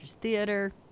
Theater